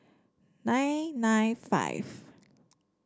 nine nine five